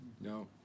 No